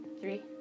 Three